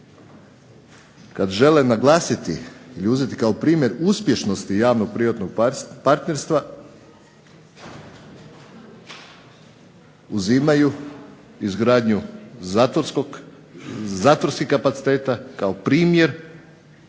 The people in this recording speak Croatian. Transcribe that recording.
kad žele naglasiti i uzeti kao primjer uspješnosti javnog privatnog partnerstva uzimaju izgradnju zatvorskih kapaciteta kao primjer